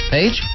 Page